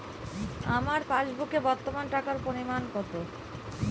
আমার পাসবুকে বর্তমান টাকার পরিমাণ কত?